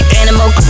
animal